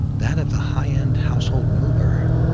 that of the high end household mover.